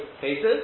cases